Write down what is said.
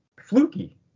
fluky